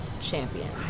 champion